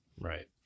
right